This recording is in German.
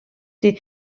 die